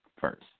first